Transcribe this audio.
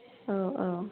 औ औ